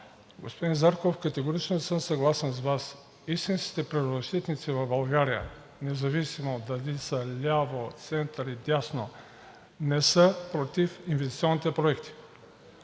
Господин Зарков, категорично съм съгласен с Вас. Истинските природозащитници в България, независимо дали са ляво, център и дясно, не са против инвестиционните проекти.